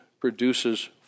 produces